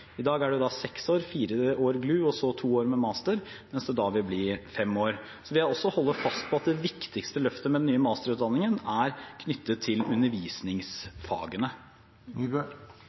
I dag er det jo seks år, fire år GLU og så to år med master, mens det da vil bli fem år. Så vil jeg også holde fast på at det viktigste løftet med den nye masterutdanningen er knyttet til undervisningsfagene.